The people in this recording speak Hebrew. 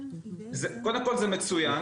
קודם כל זה מצוין,